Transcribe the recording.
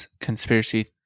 conspiracy